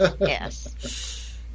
yes